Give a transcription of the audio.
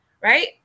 right